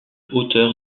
hauteur